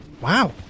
Wow